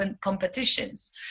competitions